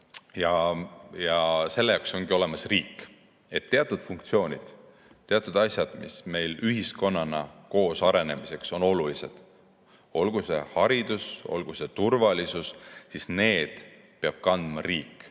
Selleks ongi olemas riik. Teatud funktsioonid, teatud asjad, mis meil ühiskonnana koos arenemiseks on olulised, olgu see haridus, olgu see turvalisus – need peab kandma riik,